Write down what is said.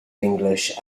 english